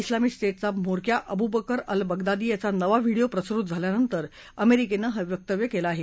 उलामिक स्टेटचा म्होरक्या Abu Bakr al Baghdadi याचा नवा व्हिडियो प्रसृत झाल्यानंतर अमेरिकेनं हे वक्तव्य केलं आहे